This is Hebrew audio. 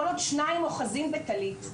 כל עוד שניים אוחזים בטלית,